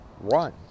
run